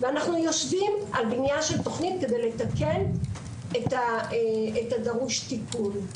על בנייה של תוכנית כדי לתקן את הדרוש תיקון.